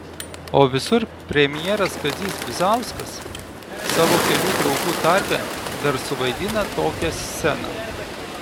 o visur premjeras kazys bizauskas savo kelių draugų tarpe dar suvaidina tokią sceną